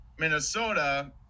Minnesota